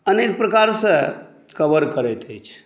अनेक प्रकार से कवर करैत अछि